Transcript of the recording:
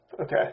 Okay